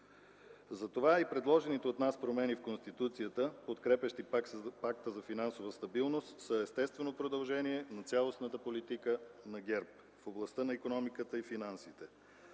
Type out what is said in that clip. Затова и предложените от нас промени в Конституцията, подкрепящи Пакта за финансова стабилност, са естествено продължение на цялостната политика на ГЕРБ в областта на икономиката и финансите.